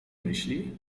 myśli